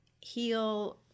heal